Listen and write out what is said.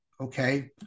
okay